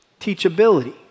teachability